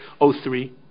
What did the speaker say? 03